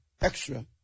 extra